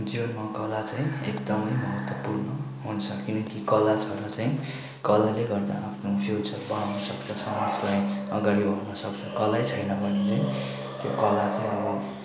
जिवनमा कला चाहिँ एकदमै महत्त्वपूर्ण हुन्छ किनकि कला छ भने चाहिँ कलाले गर्दा आफ्नो फ्युचर बनाउन सक्छ समाजमा अगाडि उठ्न सक्छ कला छैन भने चाहिँ त्यो कला चाहिँ अब